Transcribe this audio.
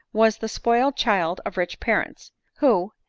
was the spoiled child of rich parents who,